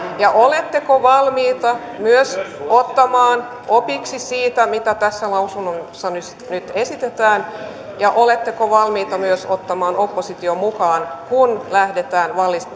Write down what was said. ja oletteko valmiita myös ottamaan opiksi siitä mitä tässä lausunnossa nyt esitetään ja oletteko valmiita myös ottamaan opposition mukaan kun lähdetään